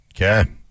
okay